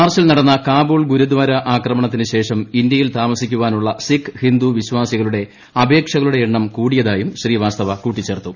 മാർച്ചിൽ നടന്ന കാബൂൾ ഗുരുദ്വാരാ ആക്രമണത്തിന് ശേഷം ഇന്തൃയിൽ താമസിക്കാനുള്ള സിഖ് ഹിന്ദു വിശ്വാസികളുടെ അപേക്ഷകളുടെ എണ്ണം കൂടിയതായും ശ്രീവാസ്തവ കൂട്ടിച്ചേർത്തു